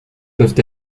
peuvent